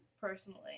personally